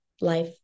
life